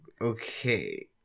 Okay